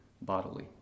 bodily